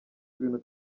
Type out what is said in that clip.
ibintu